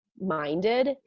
minded